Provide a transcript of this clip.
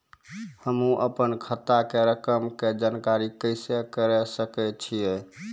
हम्मे अपनो खाता के रकम के जानकारी कैसे करे सकय छियै?